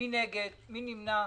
מי נגד, מי נמנע?